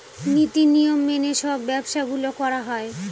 নীতি নিয়ম মেনে সব ব্যবসা গুলো করা হয়